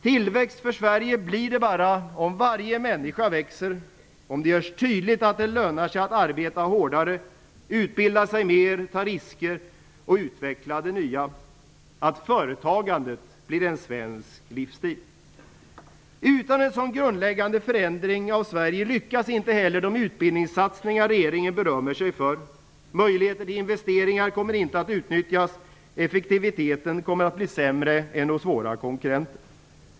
Tillväxt för Sverige blir det bara om varje människa växer, om det görs tydligt att det lönar sig att arbeta hårdare, utbilda sig mer, ta risker för att utveckla det nya och att företagandet blir en svensk livsstil. Utan en sådan grundläggande förändring av Sverige lyckas inte heller de utbildningssatsningar regeringen berömmer sig för. Möjligheter till investeringar kommer inte att utnyttjas. Effektiviteten kommer att bli sämre än hos våra konkurrenter.